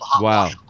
Wow